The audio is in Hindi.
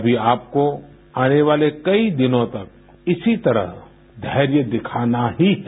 अभी आपको आने वाले कई दिनों तक इसी तरह धैर्य दिखाना ही है